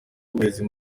uburezi